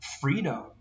freedom